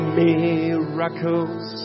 miracles